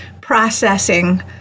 processing